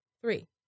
three